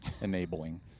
enabling